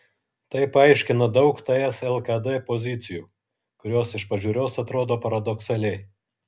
tai paaiškina daug ts lkd pozicijų kurios iš pažiūros atrodo paradoksaliai